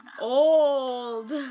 Old